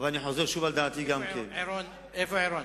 איפה עירון?